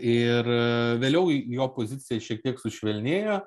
ir vėliau jo pozicija šiek tiek sušvelnėjo